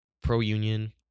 pro-union